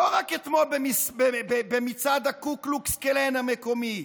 לא רק אתמול במצעד הקו קלוקס קלאן המקומי,